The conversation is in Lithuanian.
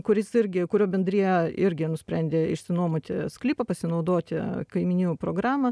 kuris irgi kurio bendrija irgi nusprendė išsinuomoti sklypą pasinaudoti kaimynijų programa